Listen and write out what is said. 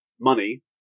money